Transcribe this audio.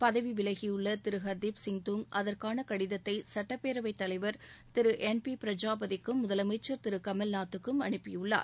பதவி விலகியுள்ள திரு ஹர்தீப் சிங் துங் அதற்கான கடிதத்தை சுட்டப்பேரவை தலைவர் திரு என் பி பிரஜாபதிக்கும் முதலமைச்சர் திரு கமலநாத்துக்கும் அனுப்பியுள்ளார்